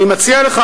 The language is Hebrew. אני מציע לך,